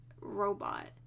robot